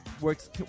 works